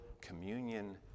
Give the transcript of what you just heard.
communion